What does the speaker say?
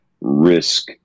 risk